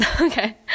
Okay